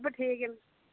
सब ठीक न